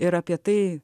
ir apie tai